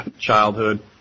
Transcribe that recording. childhood